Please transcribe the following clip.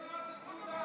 לא סירבתם פקודה, באמת.